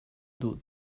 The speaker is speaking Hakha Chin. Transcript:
duh